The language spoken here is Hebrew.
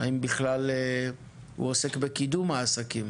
האם בכלל הוא עוסק בקידום העסקים,